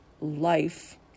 life